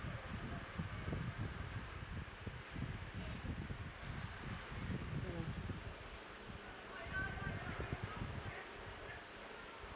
mm